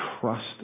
trust